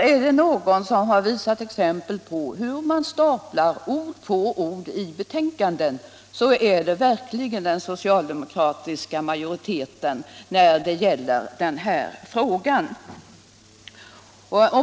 Är det någon som givit exempel på hur man staplar ord på ord i betänkanden i den här frågan, så är det verkligen den förra socialdemokratiska majoriteten.